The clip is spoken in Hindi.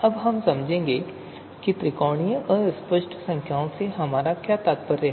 अब हम समझेंगे कि त्रिकोणीय अस्पष्ट संख्याओं से हमारा क्या तात्पर्य है